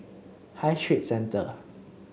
High Street Centre